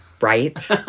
right